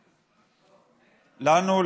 לנו,